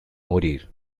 morir